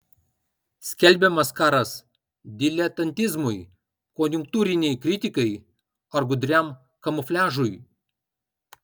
skelbiamas karas diletantizmui konjunktūrinei kritikai ar gudriam kamufliažui